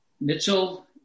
Mitchell